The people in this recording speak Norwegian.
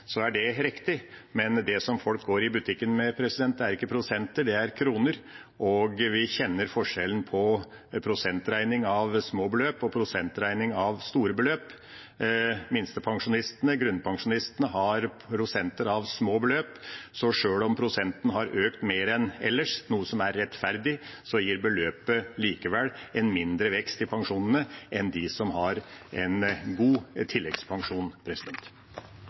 er det riktig, men det som folk går i butikken med, er ikke prosenter, det er kroner, og vi kjenner forskjellen på prosentregning av små beløp og prosentregning av store beløp. Minstepensjonistene, grunnpensjonistene, har prosenter av små beløp, så sjøl om prosenten har økt mer enn ellers, noe som er rettferdig, gir beløpet en mindre vekst i pensjonene for dem enn for dem som har en god tilleggspensjon.